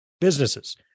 businesses